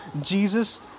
Jesus